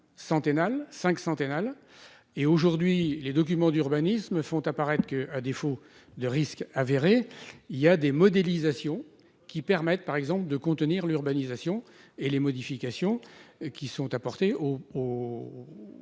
centennales 5 centennale et aujourd'hui les documents d'urbanisme font apparaître que, à défaut de risques avérés, il y a des modélisations qui permettent par exemple de contenir l'urbanisation et les modifications qui sont apportées au.